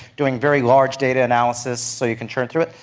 doing very large data analysis so you can churn through it,